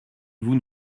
vous